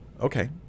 Okay